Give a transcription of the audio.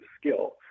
skill